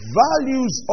values